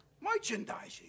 Merchandising